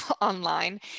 online